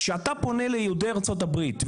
כשאתה פונה ליהודי ארצות הברית,